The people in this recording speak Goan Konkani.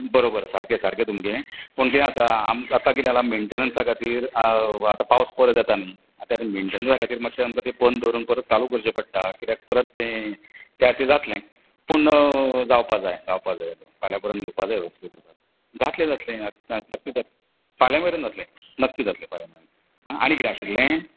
बरोबर सारकें सारकें तुमचें पूण किरें आसा आमकां आतां किदें आलां मँटेनंसा खातीर आतां पावस परत येता न्ही आतां मँटेनंसा खातीर मात्शें आमकां तें बंद दवरून परत चालू करचें पडटा किऱ्याक परत तें तें आतां जातलें पूण जावपा जाय जावपा जाय फाल्यां परंत येवपा जाय हरशीं उदक जातलें जातलें ना जातलें जातलें फाल्यां मेरेन जातलें नक्की जातलें फाल्यां मेरेन आनी किदें आशिल्लें